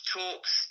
talks